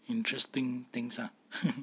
interesting things ah